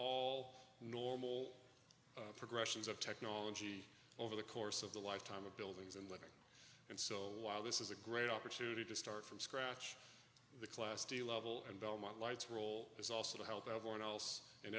all normal progressions of technology over the course of the lifetime of buildings and look and so while this is a great opportunity to start from scratch the class d level and belmont light's role is also to help everyone else